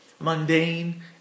mundane